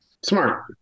Smart